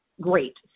great